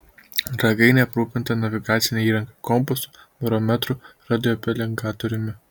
ragainė aprūpinta navigacine įranga kompasu barometru radiopelengatoriumi